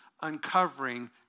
uncovering